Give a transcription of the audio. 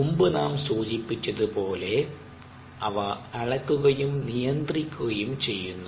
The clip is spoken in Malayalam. മുമ്പ് നാം സൂചിപ്പിച്ചതുപോലെ അവ അളക്കുകയും നിയന്ത്രിക്കുകയും ചെയ്യുന്നു